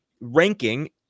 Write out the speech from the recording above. ranking